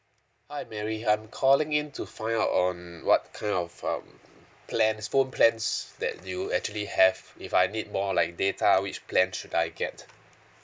hi mary I'm calling in to find out on what kind of um plans phone plans that you actually have if I need more like data which plan should I get